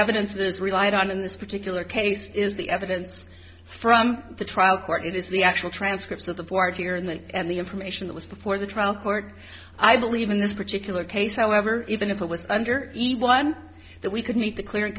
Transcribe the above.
evidence is relied on in this particular case is the evidence from the trial court it is the actual transcripts of the party or in the end the information that was before the trial court i believe in this particular case however even if it was under each one that we could meet the clear